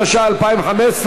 התשע"ה 2015,